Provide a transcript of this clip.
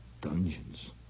Dungeons